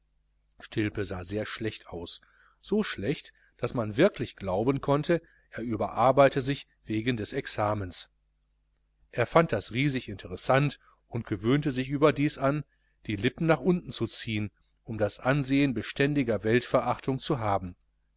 stilpe sah sehr schlecht aus so schlecht daß man wirklich glauben konnte er überarbeite sich wegen des examens er fand das riesig interessant und gewöhnte sich überdies an die lippen nach unten zu ziehen um das ansehen beständiger weltverachtung zu haben